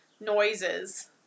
noises